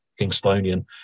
Kingstonian